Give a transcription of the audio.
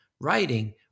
writing